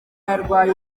yarwaye